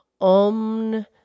Om